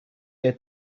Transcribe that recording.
had